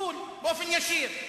בול, באופן ישיר.